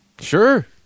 sure